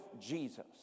Jesus